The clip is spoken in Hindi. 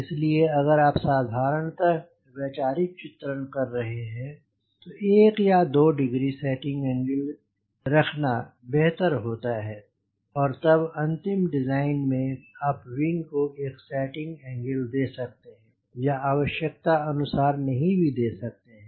इसलिए अगर आप साधारणतः वैचारिक चित्रण कर रहे हैं तो 1 या 2 डिग्री सेटिंग एंगल रखना बेहतर होता है और तब अंतिम डिज़ाइनमेंआप विंग को एक सेटिंग एंगल दे सकते हैं या आवश्यकता के अनुसार नहीं भी दे सकते हैं